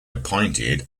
appointed